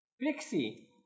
pixie